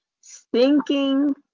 Stinking